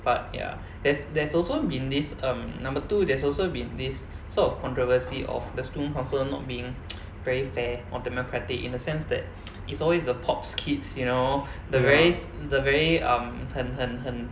but ya there's there's also been this um number two there's also been this sort of controversy of the student council not being very fair or democratic in the sense that it's always the pops kids you know the very s~ the very um 很很很